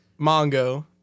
Mongo